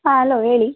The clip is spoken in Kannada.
ಆಂ ಅಲೋ ಹೇಳಿ